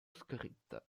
scritta